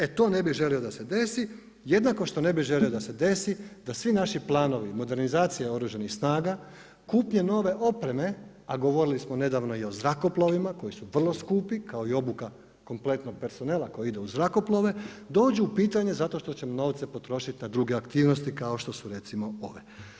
E to ne bi želio da se desi, jednako što ne bi želio da se desi da svi naši planovi, modernizacija Oružanih snaga, kupnjom nove opreme a govorilo smo nedavno i o zrakoplovima, koji su vrlo skupi, kao i obuka kompletnog personela koji ide uz zrakoplove, dođu u pitanje zašto što će novce potrošiti na druge aktivnosti kao što su recimo ove.